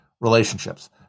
relationships